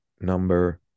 number